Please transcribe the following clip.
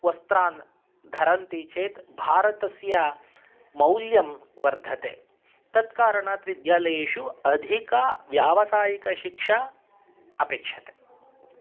वस्त्रान् धरन्ति चेत् भारतस्य मौल्यं वर्धते तत् कारणात् विद्यालयेषु अधिका व्यावसायिकशिक्षा अपेक्षते